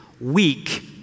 weak